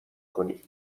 کنی